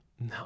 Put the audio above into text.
no